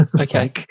Okay